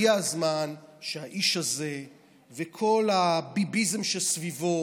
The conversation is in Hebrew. הגיע הזמן שהאיש הזה וכל הביביזם שסביבו